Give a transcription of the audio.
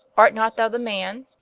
art not thou the man?